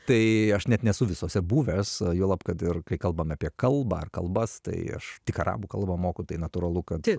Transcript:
tai aš net nesu visose buvęs juolab kad ir kai kalbam apie kalbą ar kalbas tai aš tik arabų kalbą moku tai natūralu kad